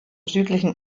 südlichen